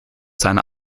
seine